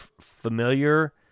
familiar